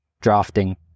drafting